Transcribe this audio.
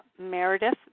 Meredith